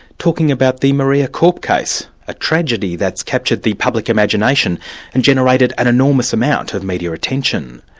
talking about the maria korp case, a tragedy that's captured the public imagination and generated an enormous amount of media attention.